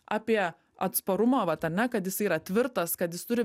apie atsparumą va tame kad jisai yra tvirtas kad jis turi